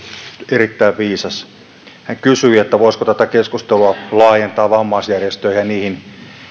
erittäin viisas hän kysyi voisiko tätä keskustelua laajentaa vammaisjärjestöihin ja niihin